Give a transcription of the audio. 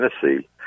Tennessee